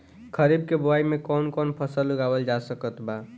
खरीब के बोआई मे कौन कौन फसल उगावाल जा सकत बा?